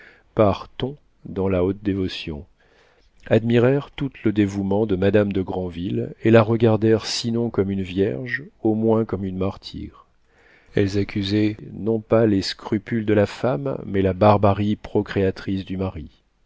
ton dans la haute dévotion admirèrent toutes le dévouement de madame de granville et la regardèrent sinon comme une vierge au moins comme une martyre elles accusaient non pas les scrupules de la femme mais la barbarie procréatrice du mari